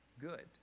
good